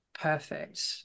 perfect